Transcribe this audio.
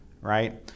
right